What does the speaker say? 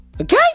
okay